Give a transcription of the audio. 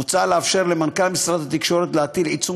מוצע לאפשר למנכ"ל משרד התקשורת להטיל עיצום